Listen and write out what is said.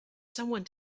someone